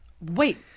Wait